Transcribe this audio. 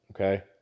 Okay